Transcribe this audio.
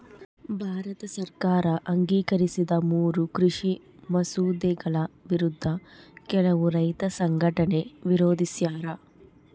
ಭಾರತ ಸರ್ಕಾರ ಅಂಗೀಕರಿಸಿದ ಮೂರೂ ಕೃಷಿ ಮಸೂದೆಗಳ ವಿರುದ್ಧ ಕೆಲವು ರೈತ ಸಂಘಟನೆ ವಿರೋಧಿಸ್ಯಾರ